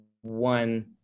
one